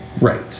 Right